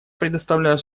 предоставляю